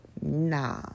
nah